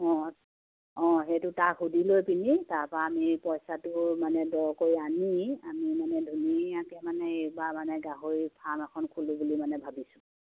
অঁ অঁ সেইটো তাক সুধি লৈ পিনি তাৰপৰা আমি পইচাটো মানে কৰি আনি আমি মানে ধুনীয়াকৈ মানে এইবাৰ মানে গাহৰি ফাৰ্ম এখন খোলোঁ বুলি মানে ভাবিছোঁ